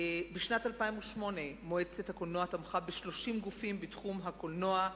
בשנת 2008 מועצת הקולנוע תמכה ב-30 גופים בתחום הקולנוע.